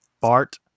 Bart